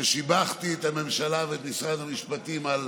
ושיבחתי את הממשלה ואת משרד המשפטים על